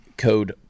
code